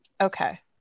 okay